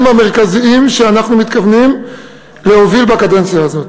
המרכזיים שאנחנו מתכוונים להוביל בקדנציה הזאת.